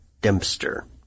Dempster